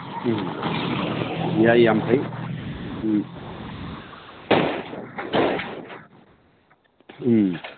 ꯎꯝ ꯌꯥꯏ ꯌꯥꯝ ꯐꯩ ꯎꯝ ꯎꯝ